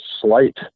slight